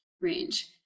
range